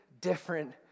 different